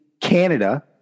Canada